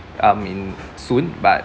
um in soon but